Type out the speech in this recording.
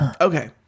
Okay